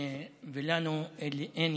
ולנו אין,